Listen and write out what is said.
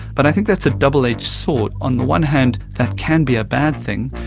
but i think that's a double-edged sword on the one hand that can be a bad thing,